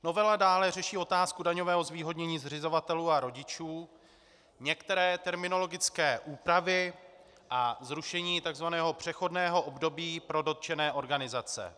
Novela dále řeší otázku daňového zvýhodnění zřizovatelů a rodičů, některé terminologické úpravy a zrušení tzv. přechodného období pro dotčené organizace.